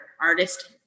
artist